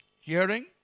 hearing